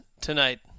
tonight